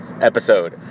episode